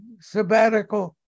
sabbatical